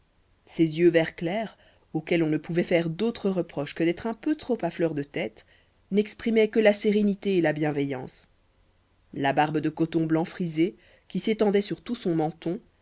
ses yeux vert clair auxquels on ne pouvait faire d'autre reproche que d'être un peu trop à fleur de tête n'exprimaient que la sérénité et la bienveillance la barbe de coton blanc frisé qui s'étendait sur tout son menton